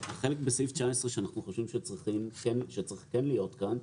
החלק בסעיף 19 שאנחנו חושבים שכן צריך להיות כאן,